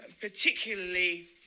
particularly